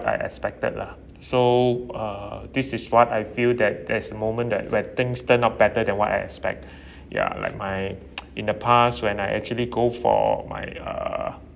I expected lah so uh this is what I feel that there's a moment that when things turn out better than what I expect ya like my in the past when I actually go for my uh